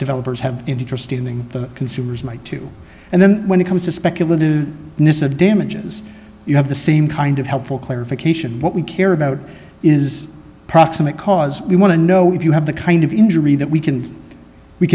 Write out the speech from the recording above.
developers have interesting the consumers might too and then when it comes to speculative new the damages you have the same kind of helpful clarification what we care about is proximate cause we want to know if you have the kind of injury that we can we